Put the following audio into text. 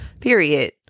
period